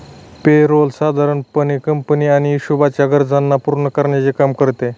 पे role साधारण पणे company आणि हिशोबाच्या गरजांना पूर्ण करण्याचे काम करते